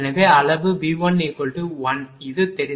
எனவே அளவு V1 1 இது தெரிந்ததா